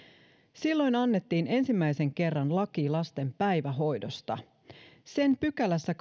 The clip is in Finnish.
silloin annettiin ensimmäisen kerran laki lasten päivähoidosta sen kahdennessakymmenennessäkolmannessa pykälässä